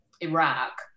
Iraq